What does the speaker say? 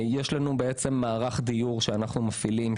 יש לנו מערך דיור מותאם שאנחנו מפעילים,